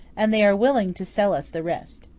and they are willing to sell us the rest.